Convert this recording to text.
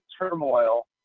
turmoil